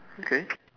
okay